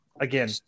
Again